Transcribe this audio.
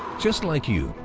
just like you,